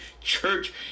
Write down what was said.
church